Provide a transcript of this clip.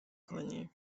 کنی